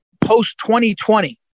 post-2020